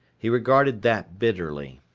he regarded that bitterly.